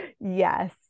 Yes